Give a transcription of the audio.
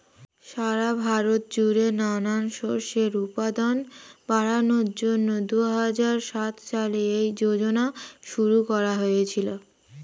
সারা ভারত জুড়ে নানান শস্যের উৎপাদন বাড়ানোর জন্যে দুহাজার সাত সালে এই যোজনা শুরু করা হয়েছিল